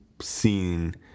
seen